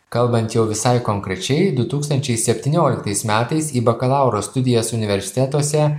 kalbant jau visai konkrečiai du tūkstančiai septynioliktais metais į bakalauro studijas universitetuose